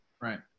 right